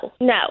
no